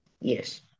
Yes